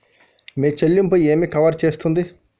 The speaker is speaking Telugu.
మీ చెల్లింపు ఏమి కవర్ చేస్తుంది?